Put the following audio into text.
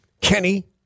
Kenny